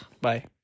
Bye